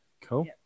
cool